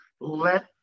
let